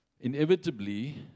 inevitably